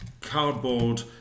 cardboard